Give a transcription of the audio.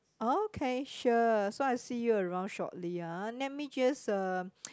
okay sure so I see you around shortly ah let me just uh